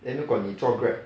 then 如果你做 Grab